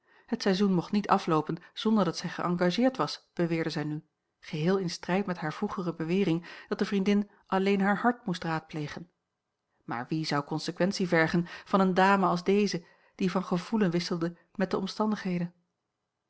het seizoen mocht niet afloopen zonder dat zij geëngageerd was beweerde zij nu geheel in strijd met hare vroegere bewering dat de vriendin alleen haar hart moest raadplegen maar wie zou consequentie vergen van eene dame als deze die van gevoelen wisselde met de omstandigheden